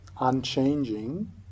unchanging